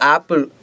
Apple